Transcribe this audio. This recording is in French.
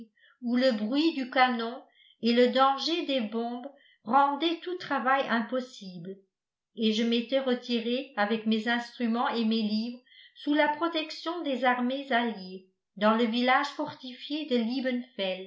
où le bruit du canon et le danger des bombes rendaient tout travail impossible et je m'étais retiré avec mes instruments et mes livres sous la protection des armées alliées dans le village fortifié de